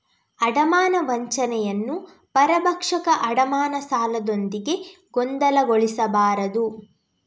ಅಡಮಾನ ವಂಚನೆಯನ್ನು ಪರಭಕ್ಷಕ ಅಡಮಾನ ಸಾಲದೊಂದಿಗೆ ಗೊಂದಲಗೊಳಿಸಬಾರದು